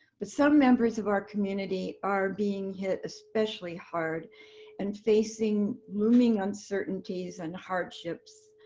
but some members of our community are being hit especially hard and facing looming uncertainties and hardships.